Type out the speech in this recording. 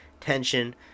tension